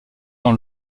dans